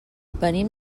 venim